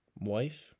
wife